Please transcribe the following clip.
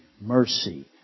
mercy